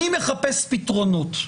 אני מחפש פתרונות,